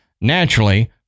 Naturally